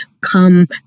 come